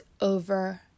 over